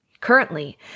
Currently